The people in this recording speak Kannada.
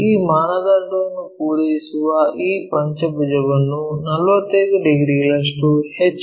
ಈ ಮಾನದಂಡವನ್ನು ಪೂರೈಸುವ ಈ ಪಂಚಭುಜವನ್ನು 45 ಡಿಗ್ರಿಗಳಷ್ಟು ಎಚ್